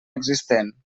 existent